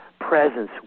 presence